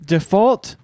Default